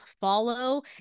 follow